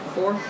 Four